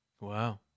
Wow